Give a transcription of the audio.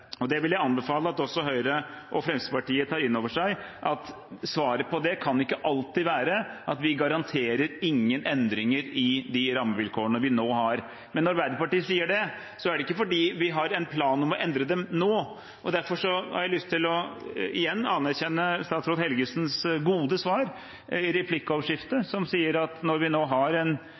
det være. Jeg vil anbefale at også Høyre og Fremskrittspartiet tar inn over seg at svaret på det ikke alltid kan være at vi garanterer ingen endringer i de rammevilkårene vi nå har. Men når Arbeiderpartiet sier det, er det ikke fordi vi har en plan om å endre dem nå. Derfor har jeg lyst til igjen å anerkjenne statsråd Helgesens gode svar i replikkordskiftet, at når vi har et klimarisikoutvalg og har en